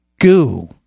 goo